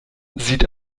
sieht